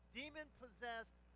demon-possessed